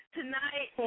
Tonight